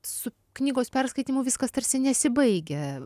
su knygos perskaitymu viskas tarsi nesibaigia